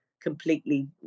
completely